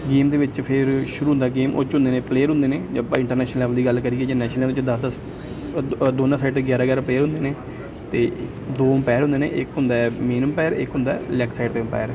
game ਦੇ ਵਿੱਚ ਫਿਰ ਸ਼ੁਰੂ ਹੁੰਦਾ ਹੈ ਗੇਮ ਉਹ 'ਚ ਹੁੰਦੇ ਨੇ ਪਲੇਅਰ ਹੁੰਦੇ ਨੇ ਜੇ ਆਪਾਂ ਇੰਟਰਨੈਸ਼ਨਲ ਲੈਵਲ ਦੀ ਗੱਲ ਕਰੀਏ ਜੇ ਨੈਸ਼ਨਲ ਲੈਵਲ 'ਚ ਦਸ ਦਸ ਦੋਨਾਂ ਸਾਈਡ 'ਤੇ ਗਿਆਰਾਂ ਗਿਆਰਾਂ ਪਲੇਅਰ ਹੁੰਦੇ ਨੇ ਅਤੇ ਦੋ ਅੰਪਾਇਰ ਹੁੰਦੇ ਨੇ ਇੱਕ ਹੁੰਦਾ ਮੇਨ ਅੰਪਾਇਰ ਇੱਕ ਹੁੰਦਾ ਲੈੱਗ ਸਾਈਡ 'ਤੇ ਅੰਪਾਇਰ